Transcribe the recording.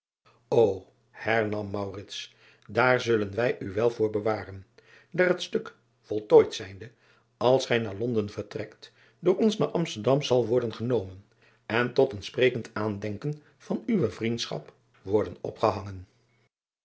hernam daar zullen wij u wel voor bewaren daar het stuk voltooid zijnde als gij naar onden vertrekt door ons naar msterdam zal worden genomen en tot een sprekend aandenken van uwe vriendschap worden opgehangen